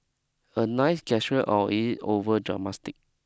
a nice gesture or is it over